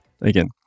again